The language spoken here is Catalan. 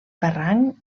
barranc